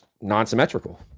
non-symmetrical